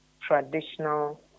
traditional